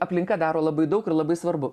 aplinka daro labai daug ir labai svarbu